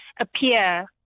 appear